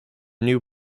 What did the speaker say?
new